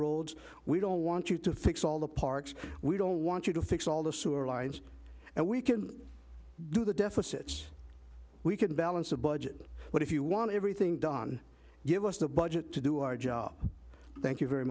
roads we don't want you to fix all the parks we don't want you to fix all the sewer lines and we can do the deficit we can balance a budget but if you want everything done give us the budget to do our job thank you very